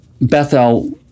Bethel